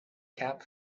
cap